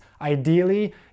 Ideally